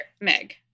meg